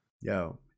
yo